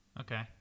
Okay